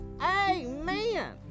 Amen